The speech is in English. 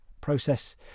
process